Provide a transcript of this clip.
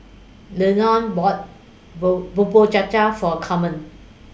Lionel bought bowl Bubur Cha Cha For Camren